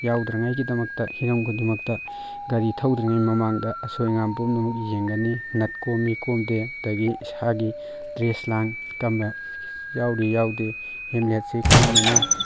ꯌꯥꯎꯗꯅꯉꯥꯏꯒꯤꯗꯃꯛꯇ ꯍꯤꯔꯝ ꯈꯨꯗꯤꯡꯃꯛꯇ ꯒꯥꯔꯤ ꯊꯧꯗ꯭ꯔꯤꯉꯩ ꯃꯃꯥꯡꯗ ꯑꯁꯣꯏ ꯑꯉꯥꯝ ꯄꯨꯝꯅꯃꯛ ꯌꯦꯡꯒꯅꯤ ꯅꯠ ꯀꯣꯝꯃꯤ ꯀꯣꯝꯗꯦ ꯑꯗꯒꯤ ꯏꯁꯥꯒꯤ ꯗ꯭ꯔꯦꯁ ꯂꯥꯡ ꯀꯔꯝꯕ ꯌꯥꯎꯔꯤ ꯌꯥꯎꯗꯦ ꯍꯦꯜꯃꯦꯠꯁꯤ ꯀꯔꯝ ꯍꯥꯏꯅ